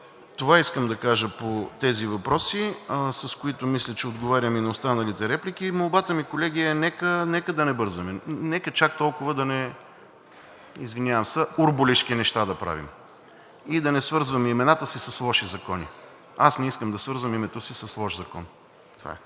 Това искам да кажа по тези въпроси, с които мисля, че отговарям и на останалите реплики. Молбата ми, колеги, е нека да не бързаме. Нека чак толкова да не, извинявам се, урбулешки неща да правим и да не свързваме имената си с лоши закони. Аз не искам да свързвам името си с лош закон. Това е.